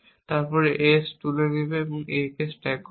তারপর এটি S তুলে A এ স্ট্যাক করবে